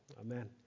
amen